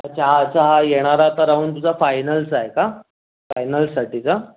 अच्छा हा असा येणारा आता राऊंड तुझा फायनलचा आहे का फायनल्ससाठीचा